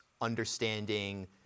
understanding